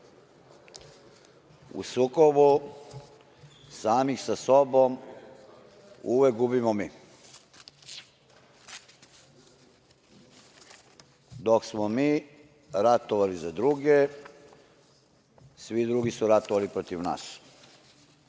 u sukobu samih sa sobom uvek gubimo mi. Dok smo mi ratovali za druge, svi drugi su ratovali protiv nas.